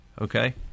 Okay